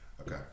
Okay